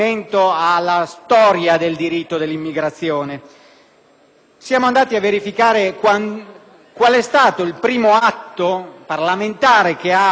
Siamo andati a verificare qual è stato il primo atto parlamentare che ha previsto l'introduzione del reato di immigrazione clandestina.